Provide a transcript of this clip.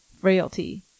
frailty